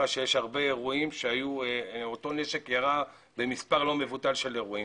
שהיו הרבה אירועים שאותו נשק ירה במספר לא מבוטל של אירועים.